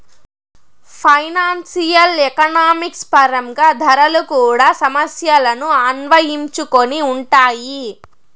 financial economics పరంగా ధరలు కూడా సమస్యలను అన్వయించుకొని ఉంటాయి